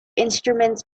instruments